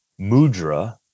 mudra